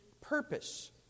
purpose